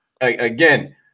again